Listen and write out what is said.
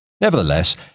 Nevertheless